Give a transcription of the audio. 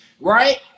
right